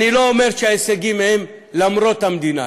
אני לא אומר שההישגים הם למרות המדינה,